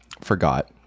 forgot